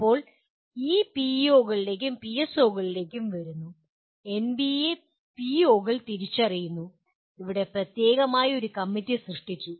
ഇപ്പോൾ ഈ പിഒകളിലേക്കും പിഎസ്ഒകളിലേക്കും വരുന്നു എൻബിഎ പിഒകൾ തിരിച്ചറിയുന്നു ഇവിടെ പ്രത്യേകമായി ഒരു കമ്മിറ്റി സൃഷ്ടിച്ചു